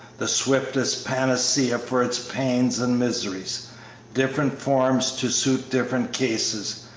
the swiftest panacea for its pains and miseries different forms to suit different cases,